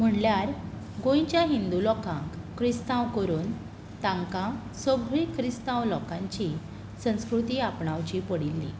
म्हणल्यार गोंयच्या हिंदू लोकांक क्रिस्तांव करून तांकां सगळीं क्रिस्तांव लोकांची संस्कृती आपणावची पडिल्ली